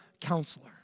counselor